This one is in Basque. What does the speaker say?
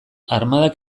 armadak